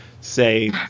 say